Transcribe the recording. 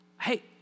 Hey